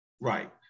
Right